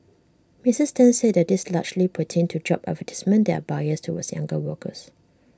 misses ten said that these largely pertained to job advertisements that are biased towards younger workers